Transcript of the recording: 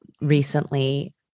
recently